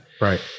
Right